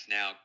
Now